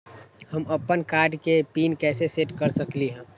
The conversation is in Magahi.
हम अपन कार्ड के पिन कैसे सेट कर सकली ह?